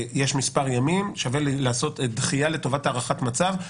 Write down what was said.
יש מספר ימים, שווה לעשות דחייה לטובת הערכת מצב.